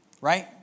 Right